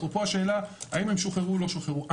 אפרופו השאלה האם הם שוחררו או לא שוחררו.